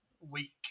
week